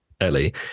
Ellie